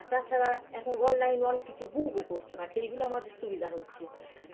আর তাছাড়া এখন অনলাইনে অনেক কিছু বুকও করতে পারছি এইগুলো আমাদের সুবিধা হচ্ছে